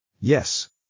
Yes